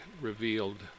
revealed